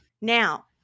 Now